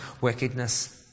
wickedness